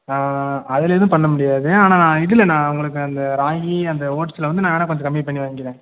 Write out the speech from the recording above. அதில் எதுவும் பண்ண முடியாது ஆனால் இதில் நான் உங்களுக்கு அந்த ராகி அந்த ஓட்ஸ்சில் வந்து நான் ஆனால் கொஞ்சம் கம்மி பண்ணி வாங்கிறேன்